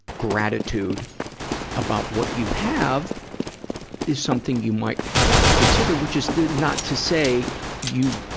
gratitude about what you have is something you might want to consider. which is the, not to say you,